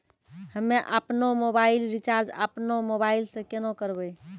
हम्मे आपनौ mobile recharge आपनौ मोबाइल से केना करवै?